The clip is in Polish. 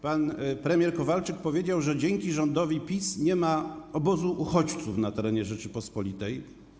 Pan premier Kowalczyk powiedział, że dzięki rządowi PiS nie ma obozu uchodźców na terenie Rzeczypospolitej.